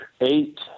eight